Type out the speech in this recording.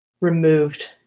removed